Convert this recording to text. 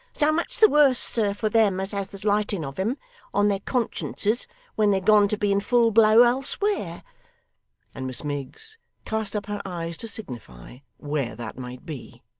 so much the worse, sir, for them as has the slighting of em on their consciences when they're gone to be in full blow elsewhere and miss miggs cast up her eyes to signify where that might be.